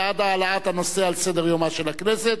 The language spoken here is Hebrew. בעד העלאת הנושא על סדר-יומה של הכנסת.